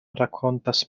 rakontos